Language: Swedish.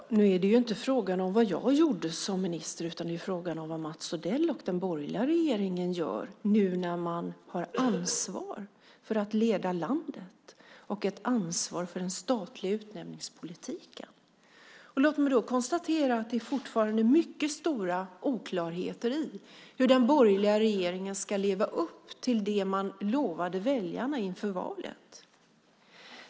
Herr talman! Nu är det ju inte fråga om vad jag gjorde som minister, utan det är fråga om vad Mats Odell och den borgerliga regeringen gör, nu när man har ansvar för att leda landet och ansvar för den statliga utnämningspolitiken. Låt mig då konstatera att det fortfarande är mycket stora oklarheter i hur den borgerliga regeringen ska leva upp till det man lovade väljarna inför valet.